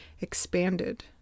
expanded